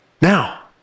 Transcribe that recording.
Now